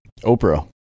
oprah